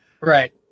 right